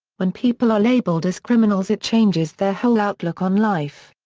when people are labeled as criminals it changes their whole outlook on life.